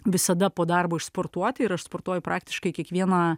visada po darbo išsportuoti ir aš sportuoju praktiškai kiekvieną